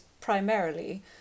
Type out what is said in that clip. primarily